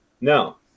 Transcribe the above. No